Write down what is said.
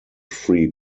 free